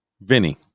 Vinny